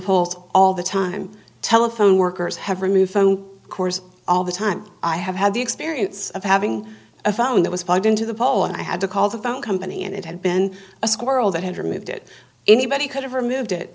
halt all the time telephone workers have removed phone cores all the time i have had the experience of having a phone that was plugged into the pole and i had to call the phone company and it had been a squirrel that had removed it anybody could have removed it